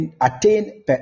attain